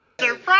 Surprise